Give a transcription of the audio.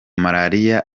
malariya